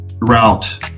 route